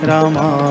Rama